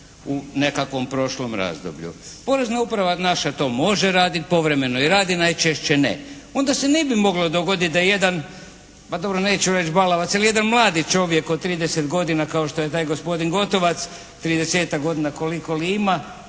u nekakvom prošlom razdoblju. Porezna uprava naša to može raditi, povremeno i radi, najčešće ne. Onda se ne bi moglo dogoditi da jedan, pa dobro neću reći balavac, ali jedan mladi čovjek od 30 godina kao što je taj gospodin Gotovac 30-tak godina koliko li ima,